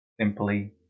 simply